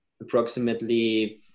Approximately